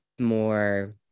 more